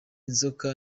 nzoka